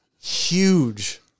huge